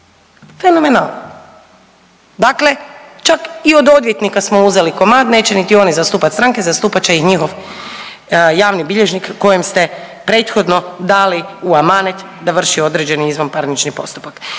fenomenalno! Dakle, čak i od odvjetnika smo uzeli komad, neće niti oni zastupat stranke. Zastupat će ih njihov javni bilježnik kojem ste prethodno dali u amanet da vrši određeni izvanparnični postupak.